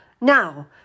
Now